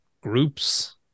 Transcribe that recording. groups